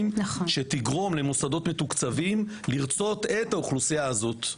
שתגרום למוסדות מתוקצבים לרצות את האוכלוסייה הזו.